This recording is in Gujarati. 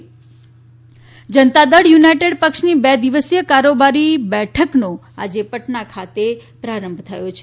જેડીયુ બેઠક જનતા દળ યુનાઇટેડ પક્ષની બે દિવસી ય કારોબારીની બેઠકનો આજે પટના ખાતે પ્રારંભ થયો છે